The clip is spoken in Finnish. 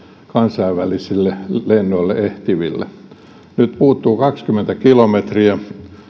kansainvälisille lennoille nyt puuttuu kaksikymmentä kilometriä